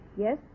Yes